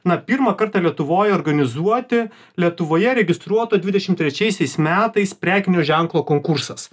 na pirmą kartą lietuvoje organizuoti lietuvoje registruota dvidešim trečiaisiais metais prekinio ženklo konkursas